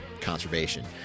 conservation